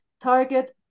target